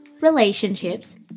relationships